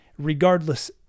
Regardless